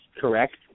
correct